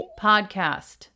podcast